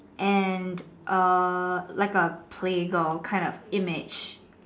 and err a playgirl kind of image